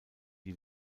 die